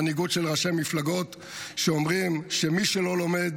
מנהיגות של ראשי המפלגות שאומרים: מי שלא לומד